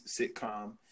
sitcom